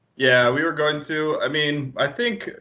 yeah, we were going to. i mean, i think,